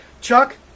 Chuck